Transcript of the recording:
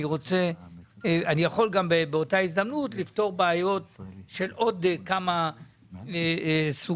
אני יכול באותה הזדמנות לפתור בעיות לעוד כמה סוגים,